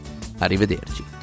arrivederci